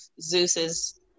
Zeus's